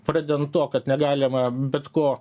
pradedant tuo kad negalima bet ko